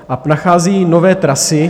A nachází nové trasy.